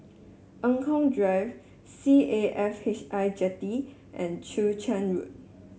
Eng Kong Drive C A F H I Jetty and Chwee Chian Road